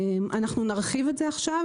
נרחיב את זה עכשיו,